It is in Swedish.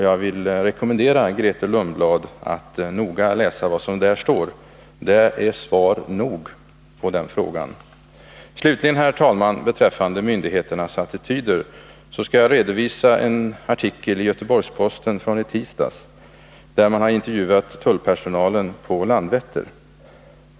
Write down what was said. Jag vill rekommendera Grethe Lundblad att noga läsa vad som där står — det är svar nog när det gäller den frågan. Slutligen skall jag, herr talman, beträffande myndigheternas attityder redovisa en artikel i Göteborgs-Posten från i tisdags, där man har intervjuat tullpersonalen på Landvetter.